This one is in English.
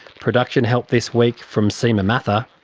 production help this week from seema mathur,